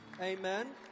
amen